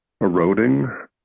eroding